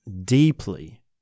deeply